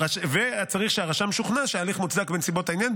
וצריך שהרשם שוכנע כי ההליך מוצדק בנסיבות העניין,